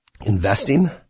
investing